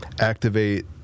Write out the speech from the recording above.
activate